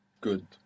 Good